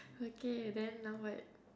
okay then now what